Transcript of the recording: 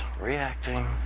reacting